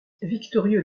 victorieux